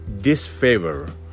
disfavor